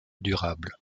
durables